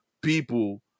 People